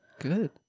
good